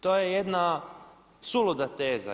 To je jedna suluda teza.